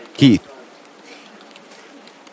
Keith